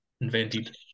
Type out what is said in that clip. invented